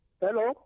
Hello